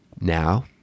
Now